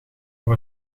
voor